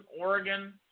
Oregon